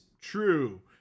true